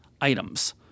items